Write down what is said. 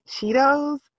Cheetos